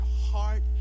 heart